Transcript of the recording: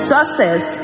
Success